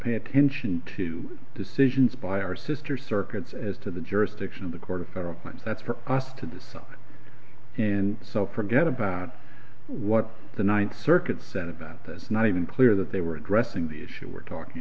pay attention to decisions by our sister circuits as to the jurisdiction of the court of federal lands that's for us to decide and so forget about what the ninth circuit said about this not even clear that they were addressing the issue we're talking